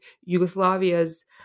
Yugoslavia's